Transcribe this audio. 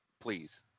please